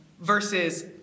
versus